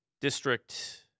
district